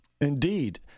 Indeed